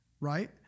right